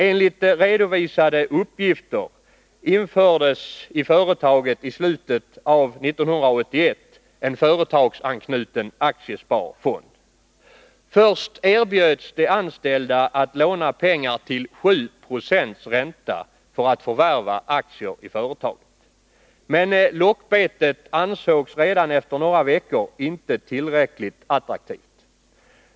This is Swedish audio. Enligt redovisade uppgifter infördes i företaget i slutet av 1981 en företagsanknuten aktiesparfond. Först erbjöds de anställda att låna pengar till 7 76 ränta för att förvärva aktier i företaget. Men lockbetet ansågs redan efter några veckor inte tillräckligt attraktivt.